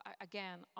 again